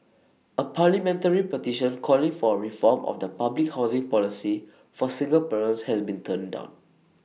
A parliamentary petition calling for A reform of the public housing policy for single parents has been turned down